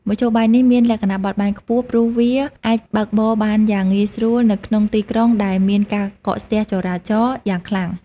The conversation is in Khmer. មធ្យោបាយនេះមានលក្ខណៈបត់បែនខ្ពស់ព្រោះវាអាចបើកបរបានយ៉ាងងាយស្រួលនៅក្នុងទីក្រុងដែលមានការកកស្ទះចរាចរណ៍យ៉ាងខ្លាំង។